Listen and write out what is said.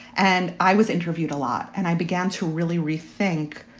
and i was interviewed a lot. and i began to really rethink